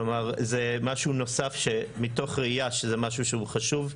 כלומר זה משהו נוסף מתוך ראיה שזה משהו שהוא חשוב,